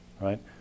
right